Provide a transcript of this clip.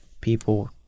people